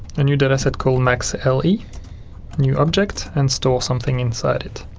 a new data set called maxle, a new object, and store something inside it.